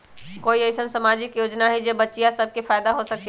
कोई अईसन सामाजिक योजना हई जे से बच्चियां सब के फायदा हो सके?